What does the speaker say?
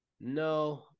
No